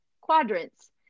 quadrants